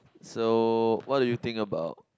so what do you think about